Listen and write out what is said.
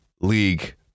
league